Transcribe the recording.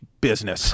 business